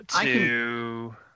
two